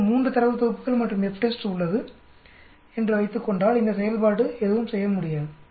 என்னிடம் 3 தரவு தொகுப்புகள் மற்றும் FTEST உள்ளது என்று வைத்துக்கொண்டால் இந்த செயல்பாடு எதுவும் செய்ய முடியாது